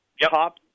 top